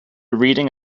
reading